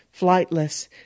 flightless